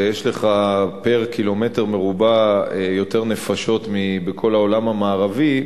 ויש לך פר-קמ"ר יותר נפשות מבכל העולם המערבי,